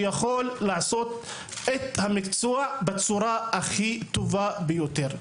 שהוא יכול לעשות את המקצוע בצורה הטובה ביותר.